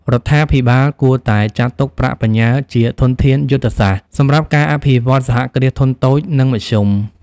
រដ្ឋាភិបាលគួរតែចាត់ទុកប្រាក់បញ្ញើជា "ធនធានយុទ្ធសាស្ត្រ" សម្រាប់ការអភិវឌ្ឍ សហគ្រាសធុនតូច និងមធ្យម។